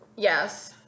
Yes